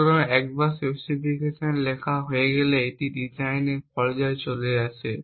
সুতরাং একবার স্পেসিফিকেশন লেখা হয়ে গেলে এটি একটি ডিজাইনের পর্যায়ে চলে যায়